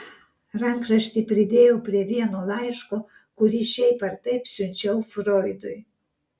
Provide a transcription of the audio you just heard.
rankraštį pridėjau prie vieno laiško kurį šiaip ar taip siunčiau froidui